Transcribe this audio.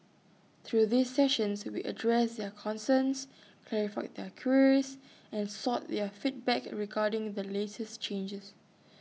through these sessions we addressed their concerns clarified their queries and sought their feedback regarding the latest changes